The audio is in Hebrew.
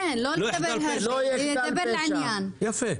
יפה.